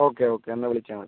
okay okay എന്നാൽ വിളിച്ചാൽ മതി